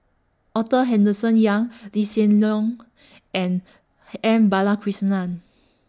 Arthur Henderson Young Lee Hsien Loong and M Balakrishnan